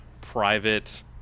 private